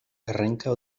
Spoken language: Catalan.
arrenca